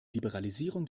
liberalisierung